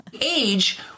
age